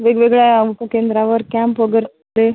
वेगवेगळ्या उपकेंद्रावर कॅंप वगर् रे